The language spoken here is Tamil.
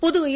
புதுவையில்